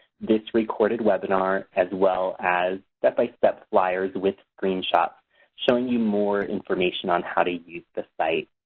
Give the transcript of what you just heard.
this recorded webinar, as well as step-by-step flyers with screenshots showing you more information on how to use the site.